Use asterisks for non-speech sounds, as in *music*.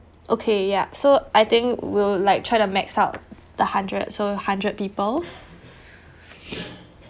okay yup so I think we'll like try to max out the hundred so hundred people *breath*